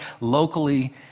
locally